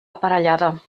aparellada